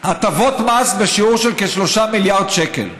הטבות בשיעור של כ-3 מיליארד שקל.